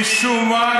משום מה,